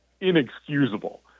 inexcusable